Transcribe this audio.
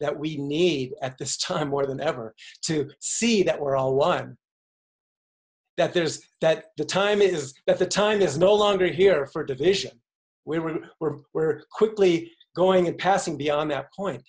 that we need at this time more than ever to see that we're all one that there is that time is that the time is no longer here for division where we were where quickly going and passing beyond that point